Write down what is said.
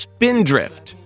Spindrift